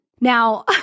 Now